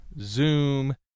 Zoom